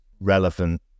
relevant